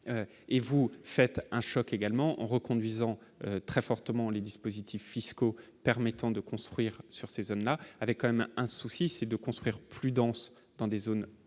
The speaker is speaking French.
et vous faites un choc également en reconduisant très fortement les dispositifs fiscaux permettant de construire sur ces zones-là avait quand même un souci, c'est de construire plus dense dans des zones pas très